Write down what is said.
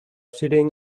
sitting